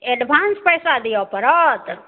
advance पैसा दिअ पड़त